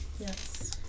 Yes